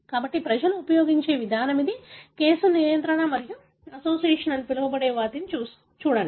కాబట్టి ప్రజలు ఉపయోగించే విధానం ఇది కేసు నియంత్రణ మరియు అసోసియేషన్ అని పిలవబడే వాటిని చూడండి